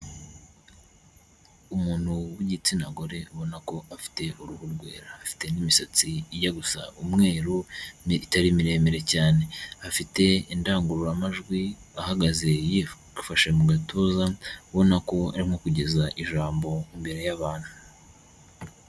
Umuntu w'igitsina gore ubona ko afite uruhu rwera, afite n'imisatsi ijya gusa umweru miremire itari miremire cyane, afite indangururamajwi ahagaze yifashe mu gatuza ubona ko arimo kugeza ijambo imbere y'abantu.